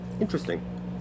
Interesting